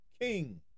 king